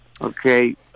Okay